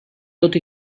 tot